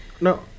No